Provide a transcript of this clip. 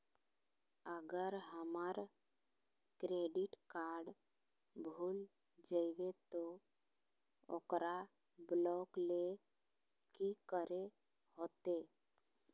अगर हमर credit card भूल जइबे तो ओकरा ब्लॉक लें कि करे होते?